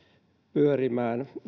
pyörimään